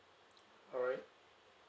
alright